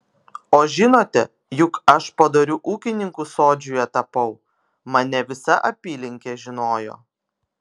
o žinote juk aš padoriu ūkininku sodžiuje tapau mane visa apylinkė žinojo